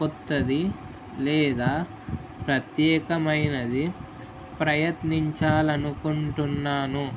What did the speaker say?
కొత్తది లేదా ప్రత్యేకమైనది ప్రయత్నించాలి అనుకుంటున్నాను